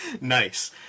Nice